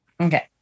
Okay